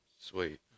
Sweet